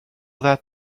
that